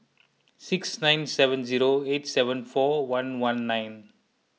six nine seven zero eight seven four one one nine